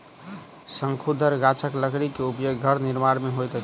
शंकुधर गाछक लकड़ी के उपयोग घर निर्माण में होइत अछि